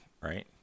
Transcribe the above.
right